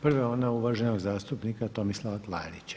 Prva je ona uvaženog zastupnika Tomislava Klarića.